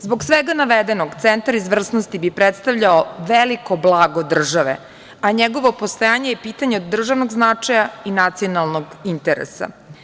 Zbog svega navedenog, centar izvrsnosti bi predstavljao veliko blago države, a njegovo postojanje je pitanje od državnog značaja i nacionalnog interesa.